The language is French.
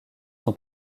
son